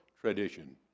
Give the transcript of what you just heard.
tradition